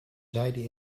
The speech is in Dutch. zijden